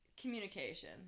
communication